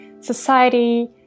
society